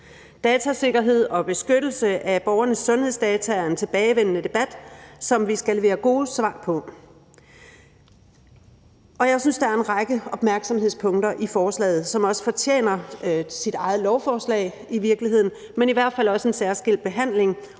Datasikkerhed og beskyttelse af borgernes sundhedsdata er en tilbagevendende debat, som vi skal levere gode svar på, og jeg synes, der er en række opmærksomhedspunkter i forslaget, som i virkeligheden også fortjener deres eget lovforslag, men i hvert fald også en særskilt behandling,